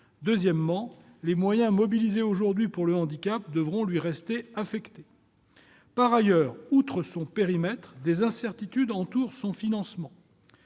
deuxièmement, les moyens mobilisés aujourd'hui pour le handicap devront lui rester affectés. Par ailleurs, outre son périmètre, des incertitudes entourent le financement